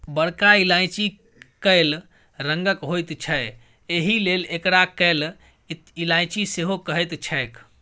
बरका इलायची कैल रंगक होइत छै एहिलेल एकरा कैला इलायची सेहो कहैत छैक